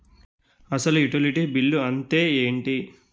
అసలు utility bill అంతే ఎంటి?